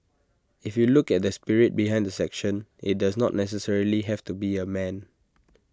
if you look at the spirit behind the section IT does not necessarily have to be A man